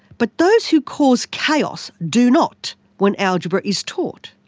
but those who cause chaos do not when algebra is taught.